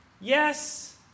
Yes